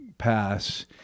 pass